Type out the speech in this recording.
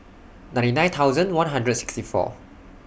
ninety nine thousand one hundred sixty four